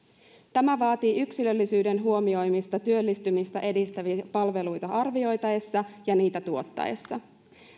tämä vaatii yksilöllisyyden huomioimista työllistymistä edistäviä palveluita arvioitaessa ja niitä tuotettaessa